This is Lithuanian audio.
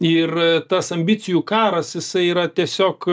ir tas ambicijų karas jisai yra tiesiog